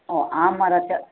और आम हमारा चा